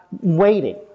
waiting